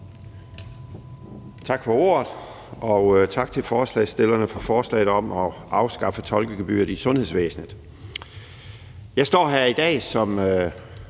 Tak for ordet. Og tak til forslagsstillerne for forslaget om at afskaffe tolkegebyret i sundhedsvæsenet. Jeg står her i dag som